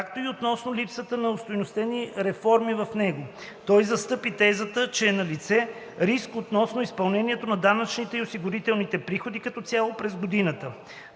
както и относно липсата на остойностени реформи в него. Той застъпи тезата, че е налице риск относно изпълнението на данъчните и осигурителните приходи като цяло през годината.